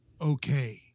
okay